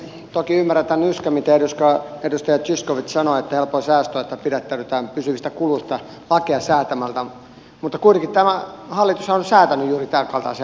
toki ymmärrän tämän yskän mitä edustaja zyskowicz sanoi että helpoin säästö on että pidättäydytään pysyvistä kuluista lakeja säätämällä mutta kuitenkin tämä hallitushan on säätänyt juuri tämänkaltaisia lakeja